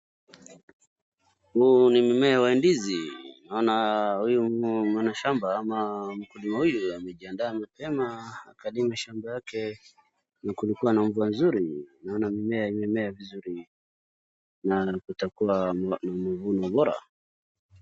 Huu ni mmea wa ndizi. Naona huyu mwanashamba ama mkulima huyu amejiadaa mapema, akalima shamba yake na kulikuwa na mvua nzuri. Naona mimea imemea vizuri. Na kutakuwa na mavuno bora.